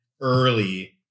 early